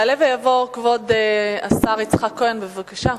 יעלה ויבוא כבוד סגן השר יצחק כהן, בבקשה.